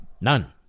None